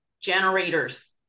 generators